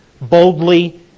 boldly